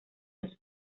los